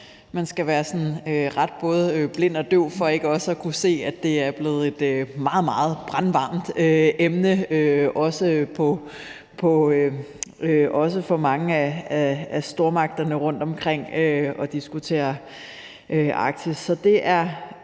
man skal være ret meget både blind og døv for ikke også at kunne se, at det er blevet meget, meget brandvarmt, også for mange af stormagterne rundtomkring, at diskutere Arktis. Så det er